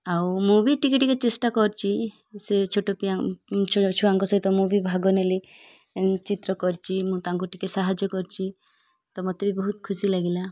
ଆଉ ମୁଁ ବି ଟିକିଏ ଟିକିଏ ଚେଷ୍ଟା କରିଛି ସେ ଛୋଟ ଛୁଆଙ୍କ ସହିତ ମୁଁ ବି ଭାଗ ନେଲି ଚିତ୍ର କରିଛି ମୁଁ ତାଙ୍କୁ ଟିକିଏ ସାହାଯ୍ୟ କରିଛି ତ ମୋତେ ବି ବହୁତ ଖୁସି ଲାଗିଲା